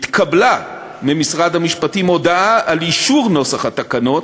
התקבלה ממשרד המשפטים הודעה על אישור נוסח התקנות